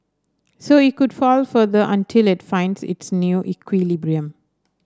so it could fall further until it finds its new equilibrium